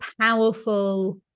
powerful